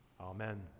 Amen